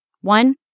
One